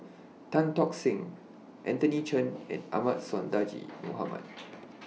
Tan Tock Seng Anthony Chen and Ahmad Sonhadji Mohamad